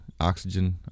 oxygen